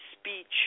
speech